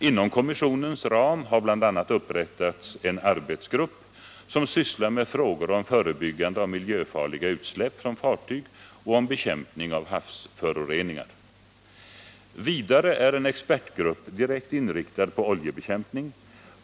Inom kommissionens ram har bl.a. upprättats en arbetsgrupp som sysslar med frågor om förebyggande av miljöfarliga utsläpp från fartyg och om bekämpning av havsföroreningar. ;; Vidare är en expertgrupp direkt inriktad på oljebekämpning.